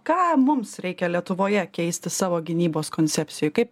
ką mums reikia lietuvoje keisti savo gynybos koncepcijoj kaip